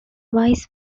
vice